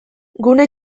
gune